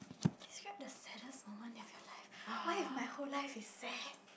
describe the saddest moment of your life what if my whole life is sad